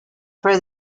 for